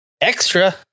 Extra